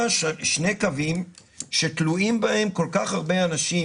שני קווים שתלויים בהם כל כך הרבה אנשים,